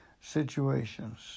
situations